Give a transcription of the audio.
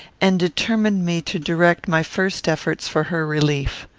and determined me to direct my first efforts for her relief.